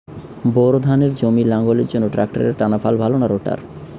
Bore ধানের জমি লাঙ্গলের জন্য ট্রাকটারের টানাফাল ভালো না রোটার?